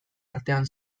artean